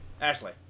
Ashley